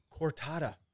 Cortada